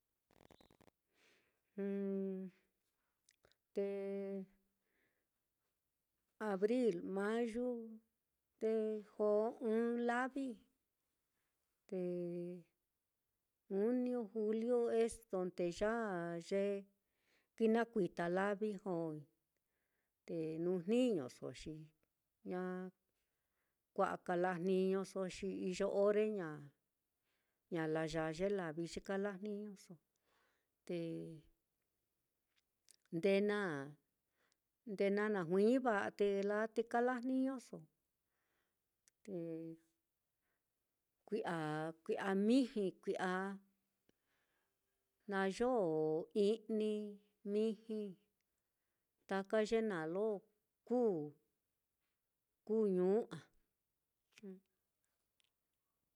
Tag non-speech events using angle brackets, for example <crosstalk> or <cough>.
<hesitation> te <hesitation> abril, mayu, te jo ɨ́ɨ́n lavi, te juniu, juliu, es donde ya, ye kinakuita lavi joi, te nu jniñoso, xi ña kua'a kalajniñoso, te nde <hesitation> nde na najuiñi va'a te laa te kala jniñoso, te kui'a kui'a miji, kui'a, na yo i'ni, miji, taka ye naá lo kuu <hesitation> kuu ñuu á.